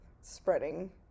spreading